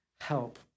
help